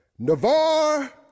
Navarre